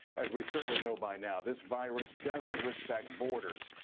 as we certainly know by now this virus doesn't respect borders.